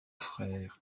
frère